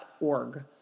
org